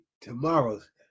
tomorrow's